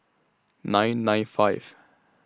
nine nine five